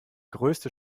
größte